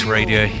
Radio